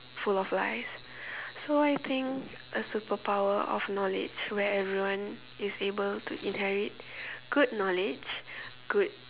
full of lies so I think a superpower of knowledge where everyone is able to inherit good knowledge good